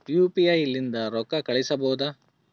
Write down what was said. UPI ಲಿಂದ ರೊಕ್ಕ ಕಳಿಸಬಹುದಾ?